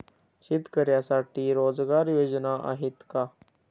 शेतकऱ्यांसाठी रोजगार योजना आहेत का?